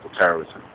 terrorism